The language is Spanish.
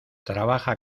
trabaja